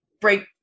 break